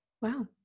Wow